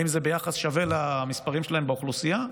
האם זה ביחס שווה למספרים שלהם באוכלוסייה?